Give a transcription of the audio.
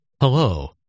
Hello